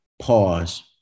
pause